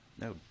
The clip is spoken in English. No